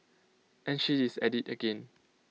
and she is at IT again